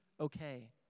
okay